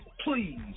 Please